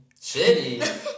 Shitty